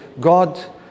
God